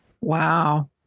Wow